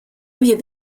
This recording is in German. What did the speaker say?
wir